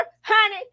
honey